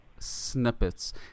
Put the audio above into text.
Snippets